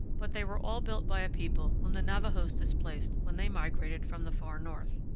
but they were all built by a people whom the navajos displaced when they migrated from the far north.